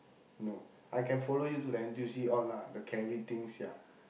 no I can follow you to the N_T_U_C all lah the carry things ya